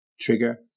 trigger